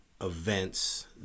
events